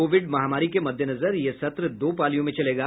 Covid महामारी के मद्देनजर यह सत्र दो पालियों में चलेगा